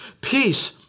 Peace